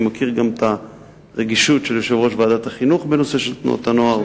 אני גם מכיר את הרגישות של יושב-ראש ועדת החינוך בנושא תנועות הנוער.